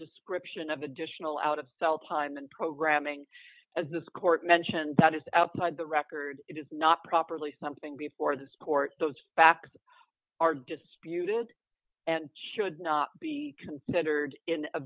description of additional out of cell time and programming as this court mentioned that is outside the record it is not properly something before the court those facts are disputed and should not be considered in